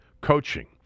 coaching